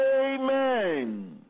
Amen